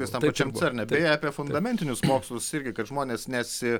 tam pačiam cerne beje apie fundamentinius mokslus irgi kad žmonės nesi